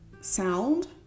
sound